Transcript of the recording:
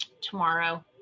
tomorrow